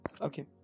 Okay